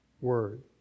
Word